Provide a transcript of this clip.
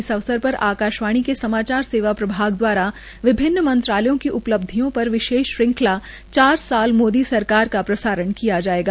इस अवसर पर आकाशवाणी सेवा प्रभाग दवारा विभिन्न मंत्रालयों की उपलब्धियों पर विशेष श्रंखला चार साल मोदी सरकार का प्रसारण किया जायेगा